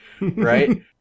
right